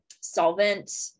solvent